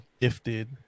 gifted